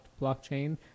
blockchain